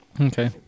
Okay